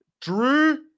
Drew